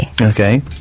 okay